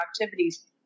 activities